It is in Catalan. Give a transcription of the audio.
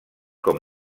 com